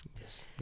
yes